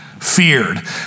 feared